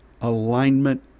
alignment